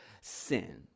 sin